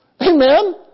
Amen